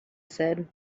said